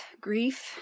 grief